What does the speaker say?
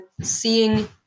seeing